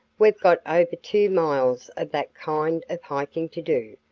we've got over two miles of that kind of hiking to do,